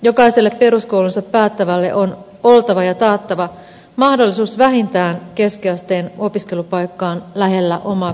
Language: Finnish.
jokaiselle peruskoulunsa päättävälle on taattava mahdollisuus vähintään keskiasteen opiskelupaikkaan lähellä omaa kotiseutuaan